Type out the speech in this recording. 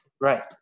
right